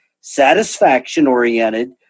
satisfaction-oriented